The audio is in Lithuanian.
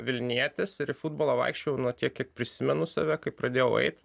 vilnietis ir į futbolą vaikščiojau nuo tiek kiek prisimenu save kai pradėjau eit